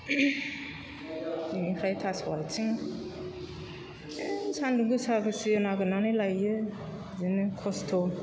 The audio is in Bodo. बिनिफ्राय थास' आथिं ए सान्दुं गोसा गोसि नागिरनानै लायो बिदिनो खस्थ'